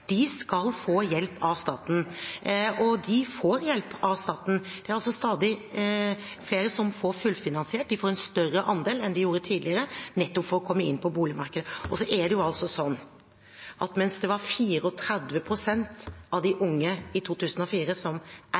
De skal få hjelp av staten, og de får hjelp av staten. Det er altså stadig flere som får fullfinansiert. De får en større andel enn de gjorde tidligere, nettopp for å komme inn på boligmarkedet. Mens det i 2004 var 34 pst. av de unge som eide sin egen bolig, er andelen nå på 42 pst. Det er